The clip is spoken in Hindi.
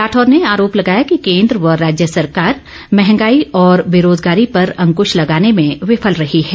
राठौर ने आरोप लगाया कि केन्द्र व राज्य सरकार मँहगाई और बेरोजगारी पर अंकृश लगाने में विफल रही है